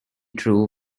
true